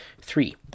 Three